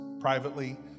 privately